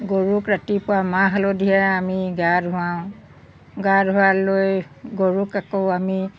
গৰুক ৰাতিপুৱা মাহ হালধিযৰে আমি গা ধুৱাওঁ গা ধুৱালৈ গৰুক আকৌ আমি